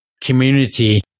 community